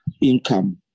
income